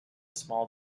small